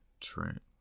Trent